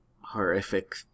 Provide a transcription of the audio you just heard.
horrific